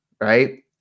Right